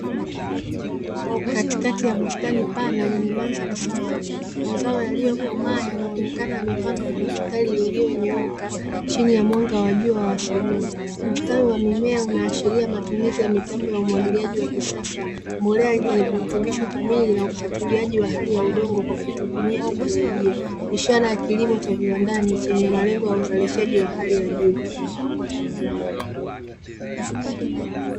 Katikati ya bustani pana yenye madhari safi mazao yaliyokomaa yanayo onekana yamepandwa kwenye mistari iliyonyooka chini ya mwanga wa jua asubuhi wa mimea unaashiria matumizi ya mitambo ya umwagiliaji wa kisasa na mimi nakufuatiliaji wa hali ya udongo kwa kutumia teknolojia ishara ya kilimo cha viwanda wa uzalishaji wa hali ya juu